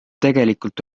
tegelikult